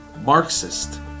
Marxist